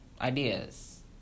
ideas